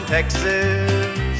Texas